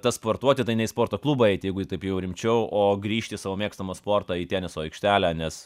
tas sportuoti tai ne į sporto klubą eiti jeigu jau taip jau rimčiau o grįžti savo mėgstamą sportą į teniso aikštelę nes